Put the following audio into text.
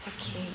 Okay